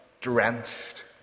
drenched